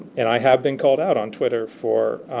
and i have been called out on twitter for